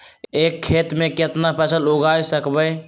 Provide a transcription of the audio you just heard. एक खेत मे केतना फसल उगाय सकबै?